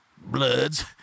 bloods